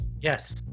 Yes